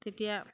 তেতিয়া